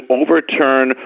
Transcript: overturn